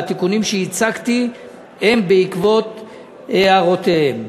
והתיקונים שהצגתי הם בעקבות הערותיהם.